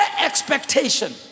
expectation